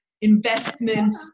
investment